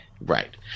Right